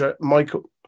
Michael